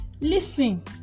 listen